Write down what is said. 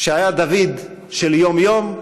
שהיה דוד של יום-יום,